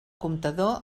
comptador